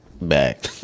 back